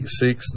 six